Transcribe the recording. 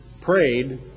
prayed